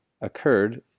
occurred